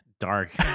dark